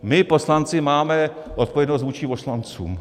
My poslanci máme odpovědnost vůči poslancům.